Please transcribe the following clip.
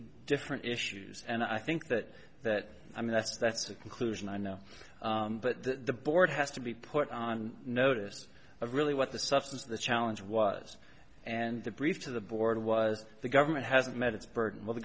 different issues and i think that that i mean that's that's a conclusion i know but the board has to be put on notice of really what the substance of the challenge was and the brief to the board was the government has met its burden with the